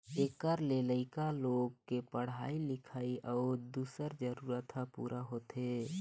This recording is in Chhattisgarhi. एखर ले लइका लोग के पढ़ाई लिखाई अउ दूसर जरूरत ह पूरा होथे